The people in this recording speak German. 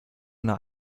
vorne